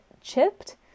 Chipped